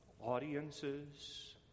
audiences